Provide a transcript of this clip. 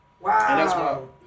wow